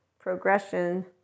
progression